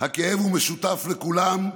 הכאב הוא משותף לכולם,